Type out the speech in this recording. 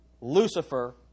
Lucifer